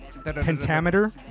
Pentameter